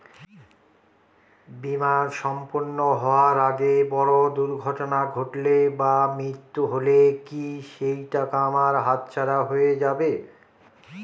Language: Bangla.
বীমা সম্পূর্ণ হওয়ার আগে বড় দুর্ঘটনা ঘটলে বা মৃত্যু হলে কি সেইটাকা আমার হাতছাড়া হয়ে যাবে?